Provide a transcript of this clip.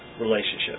relationship